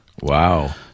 Wow